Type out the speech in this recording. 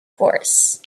course